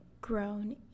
grown